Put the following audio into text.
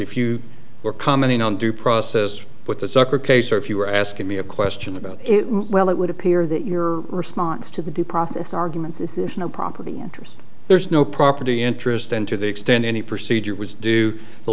if you were commenting on due process but the sucker case or if you were asking me a question about it well it would appear that your response to the due process arguments and the property interest there's no property interest and to the extent any procedure was due the